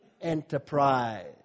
enterprise